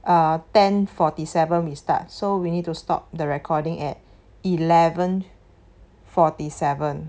uh ten forty seven we start so we need to stop the recording at eleven forty seven